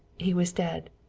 he was dead.